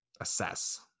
assess